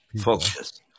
focus